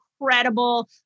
incredible